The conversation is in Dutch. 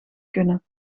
kunnen